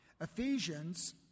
Ephesians